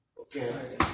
okay